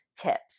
tips